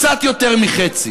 קצת יותר מחצי.